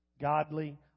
Godly